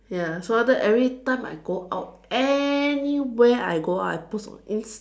ya so after that every time I go out anywhere I go out post on ins~